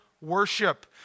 worship